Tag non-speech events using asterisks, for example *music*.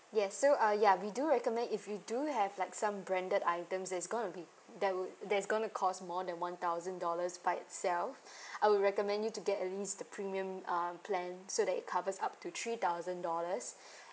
yes so uh ya we do recommend if you do have like some branded items is going to be that would that's going to cost more than one thousand dollars by itself *breath* I would recommend you to get at least the premium uh plan so that it covers up to three thousand dollars *breath*